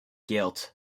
guilt